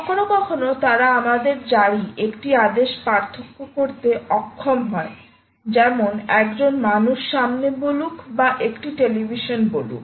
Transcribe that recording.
কখনও কখনও তারা আমাদের জারি একটি আদেশ পার্থক্য করতে অক্ষম হয় যেমন একজন মানুষ সামনে বলুক বা একটি টেলিভিশন বলুক